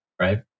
right